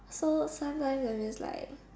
so sometimes we'll is like